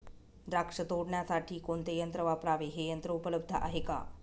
द्राक्ष तोडण्यासाठी कोणते यंत्र वापरावे? हे यंत्र उपलब्ध आहे का?